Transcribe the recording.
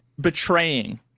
betraying